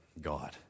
God